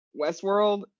Westworld